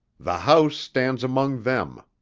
the house stands among them,